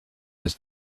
his